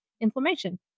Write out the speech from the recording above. inflammation